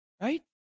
Right